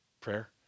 prayer